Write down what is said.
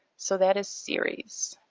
so that is series.